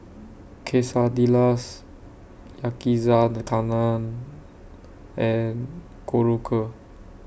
Quesadillas Yakizakana and Korokke